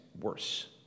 worse